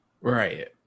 Right